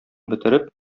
бетереп